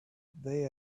they